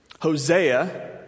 Hosea